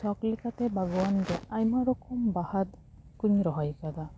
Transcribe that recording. ᱥᱚᱠ ᱞᱮᱠᱟᱛᱮ ᱵᱟᱜᱟᱣᱟᱱ ᱫᱚ ᱟᱭᱢᱟ ᱨᱚᱠᱚᱢ ᱵᱟᱦᱟ ᱠᱚᱧ ᱨᱚᱦᱚᱭ ᱟᱠᱟᱫᱟ